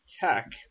tech